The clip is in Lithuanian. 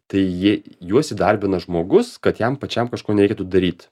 tai jie juos įdarbina žmogus kad jam pačiam kažko nereikėtų daryt